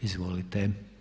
Izvolite.